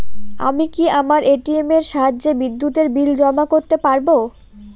আমি কি আমার এ.টি.এম এর সাহায্যে বিদ্যুতের বিল জমা করতে পারব?